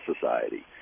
society